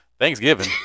Thanksgiving